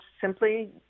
simply